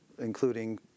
including